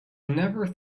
never